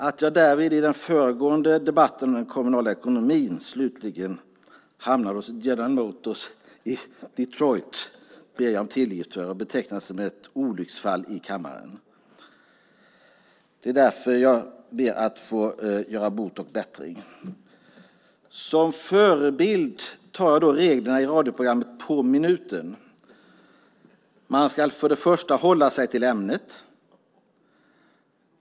Att jag däremot i den föregående debatten om den kommunala ekonomin slutligen hamnade hos General Motors i Detroit ber jag om tillgift för. Jag betecknar det som ett olycksfall i kammaren. Det är därför jag ber att få göra bot och bättring. Som förebild tar jag reglerna i radioprogrammet På minuten : Man ska först och främst hålla sig till ämnet.